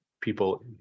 people